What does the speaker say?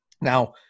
Now